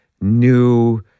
new